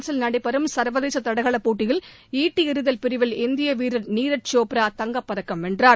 பிரான்ஸில் நடைபெறும் சர்வதேச தடகளப் போட்டியில் ஈட்டி எறிதல் பிரிவில் இந்திய வீரர் நீரஜ் சோப்ரா தங்கப்பதக்கம் வென்றார்